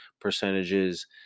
percentages